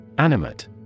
Animate